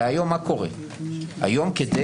היום כדי